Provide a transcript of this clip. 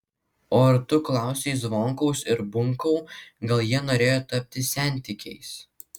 o ar tu klausei zvonkaus ir bunkau gal jie norėjo tapti sentikiais